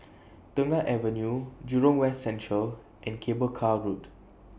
Tengah Avenue Jurong West Central and Cable Car Road